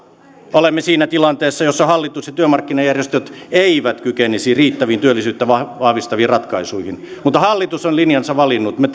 olemme siinä tilanteessa jossa hallitus ja työmarkkinajärjestöt eivät kykenisi riittäviin työllisyyttä vahvistaviin ratkaisuihin mutta hallitus on linjansa valinnut me